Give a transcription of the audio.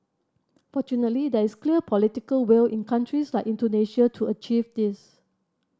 fortunately there is clear political will in countries like Indonesia to achieve this